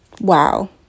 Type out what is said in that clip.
Wow